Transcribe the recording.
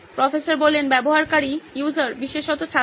professor ব্যবহারকারী বিশেষত ছাত্র